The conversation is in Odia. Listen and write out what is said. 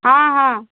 ହଁ ହଁ